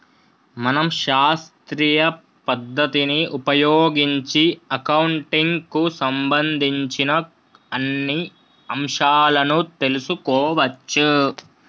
మనం శాస్త్రీయ పద్ధతిని ఉపయోగించి అకౌంటింగ్ కు సంబంధించిన అన్ని అంశాలను తెలుసుకోవచ్చు